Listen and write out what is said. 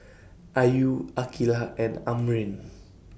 Ayu Aqilah and Amrin